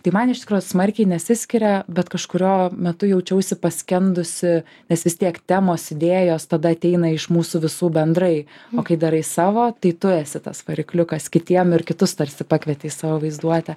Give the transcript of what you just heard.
tai man iš tikro smarkiai nesiskiria bet kažkuriuo metu jaučiausi paskendusi nes vis tiek temos idėjos tada ateina iš mūsų visų bendrai o kai darai savo tai tu esi tas varikliukas kitiem ir kitus tarsi pakvieti į savo vaizduotę